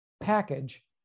package